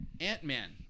Ant-Man